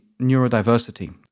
neurodiversity